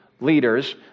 leaders